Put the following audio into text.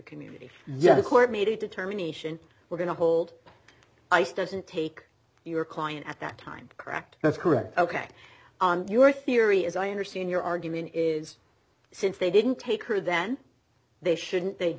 community yes the court made a determination we're going to hold ice doesn't take your client at that time correct that's correct ok on your theory as i understand your argument is since they didn't take her then they shouldn't they